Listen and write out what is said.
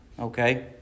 Okay